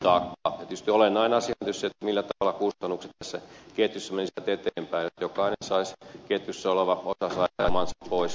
ja tietysti olennainen asia on se millä tavalla kustannukset tässä ketjussa menisivät eteenpäin jotta jokainen ketjussa oleva osa saisi omansa pois reilulla tavalla